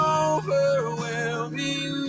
overwhelming